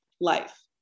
life